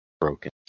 broken